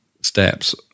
steps